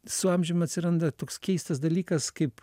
su amžium atsiranda toks keistas dalykas kaip